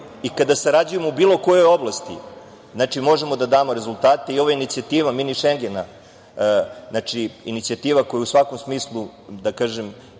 i kada sarađujemo u bilo kojoj oblasti možemo da damo rezultate i ova inicijativa mini Šengena, inicijativa koja u svakom smislu menja